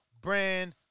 brand